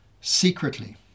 secretly